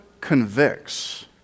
convicts